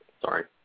sorry